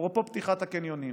אפרופו פתיחת הקניונים,